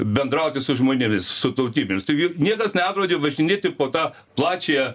bendrauti su žmonėmis su tautybėmis taigi niekas nedraudė važinėti po tą plačiąją